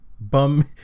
bum